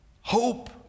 Hope